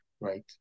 right